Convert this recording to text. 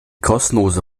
kostenlose